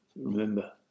remember